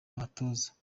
abatoza